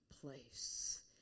place